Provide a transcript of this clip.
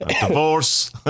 divorce